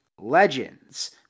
legends